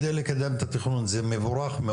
על מנת לקדם את התכנון זה מאוד מאוד מבורך.